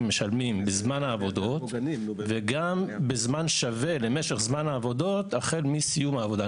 משלמים בזמן העבודות וגם בזמן שווה למשך זמן העבודות החל מסיום העבודה.